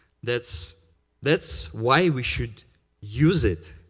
that's that's why we should use it.